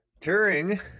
turing